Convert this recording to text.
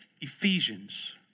Ephesians